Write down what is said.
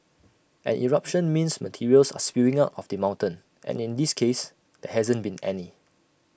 an eruption means materials are spewing out of the mountain and in this case there hasn't been any